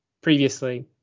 previously